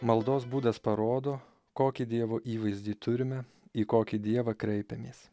maldos būdas parodo kokį dievo įvaizdį turime į kokį dievą kreipiamės